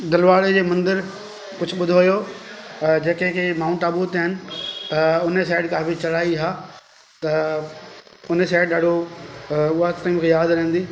दरबार जे मंदर कुझु ॿुधो हुओ हा जेके जे माउंट आबू ते आहिनि उन साइड काफ़ी चढ़ाई आहे त उन साइड ॾाढो उहा अॼु ताईं मूंखे यादि रहंदी